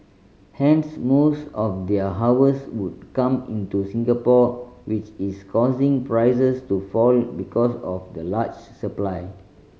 hence most of their harvest would come into Singapore which is causing prices to fall because of the large supply